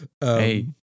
Hey